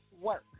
work